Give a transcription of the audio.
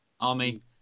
army